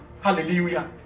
Hallelujah